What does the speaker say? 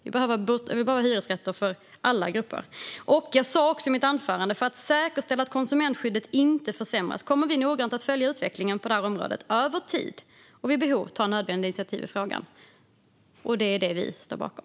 Vi behöver hyresrätter för alla grupper. Jag sa också följande i mitt anförande: "För att säkerställa att konsumentskyddet inte försämras kommer vi att noggrant följa utvecklingen på det här området över tid och vid behov ta nödvändiga initiativ i frågan." Det är det vi står bakom.